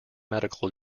medical